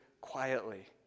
quietly